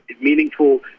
meaningful